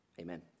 Amen